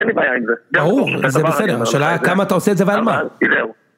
אין לי בעיה עם זה. ברור, זה בסדר. השאלה היא כמה אתה עושה את זה ועל מה.